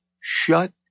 shut